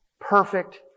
perfect